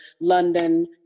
London